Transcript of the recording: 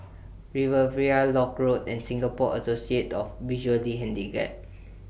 Riviera Lock Road and Singapore Associate of The Visually Handicapped